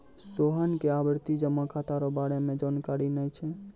सोहन के आवर्ती जमा खाता रो बारे मे जानकारी नै छै